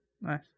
Nice